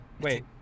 wait